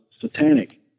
satanic